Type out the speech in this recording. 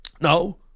No